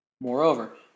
Moreover